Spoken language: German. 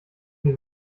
dir